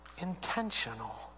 intentional